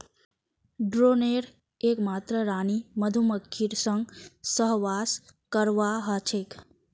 ड्रोनेर एकमात रानी मधुमक्खीर संग सहवास करवा ह छेक